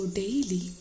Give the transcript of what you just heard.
daily